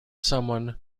someone